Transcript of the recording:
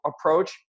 approach